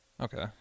okay